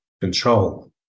control